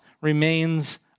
remains